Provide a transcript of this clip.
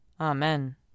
Amen